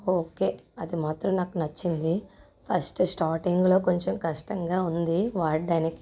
okay అది మాత్రం నాకు నచ్చింది ఫస్ట్ స్టార్టింగ్లో కొంచెం కష్టంగా ఉంది వాడడానికి